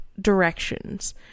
directions